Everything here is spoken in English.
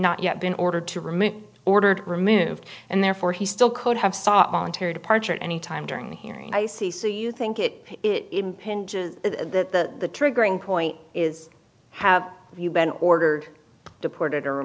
not yet been ordered to remain ordered removed and therefore he still could have sought voluntary departure at any time during the hearing i see so you think it it impinges the triggering point is have you been ordered deported or